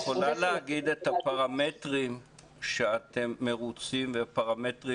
את יכולה להגיד את הפרמטרים שאתם מרוצים והפרמטרים